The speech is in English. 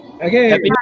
Okay